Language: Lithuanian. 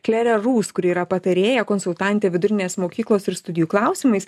klerę rūs kuri yra patarėja konsultantė vidurinės mokyklos ir studijų klausimais